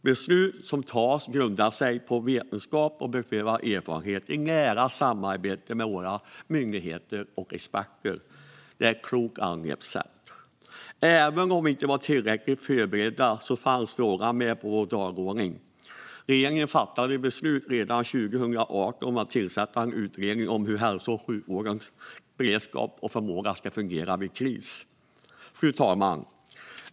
Besluten som tas grundar sig på vetenskap och beprövad erfarenhet, och de tas i nära samarbete med våra myndigheter och experter. Det är ett klokt angreppssätt. Även om vi inte var tillräckligt förberedda fanns frågan med på vår dagordning. Regeringen fattade redan 2018 beslut om att tillsätta en utredning om hälso och sjukvårdens beredskap och förmåga vid kris. Fru talman!